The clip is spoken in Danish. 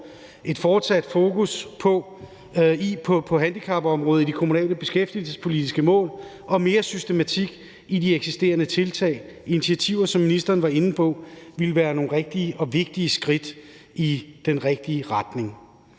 et fortsat fokus på handicapområdet i de kommunale beskæftigelsespolitiske mål og mere systematik i de eksisterende tiltag – initiativer, ministeren var inde på – ville være nogle rigtige og vigtige skridt i den rigtige retning.